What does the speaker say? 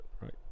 right